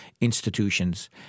institutions